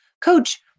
coach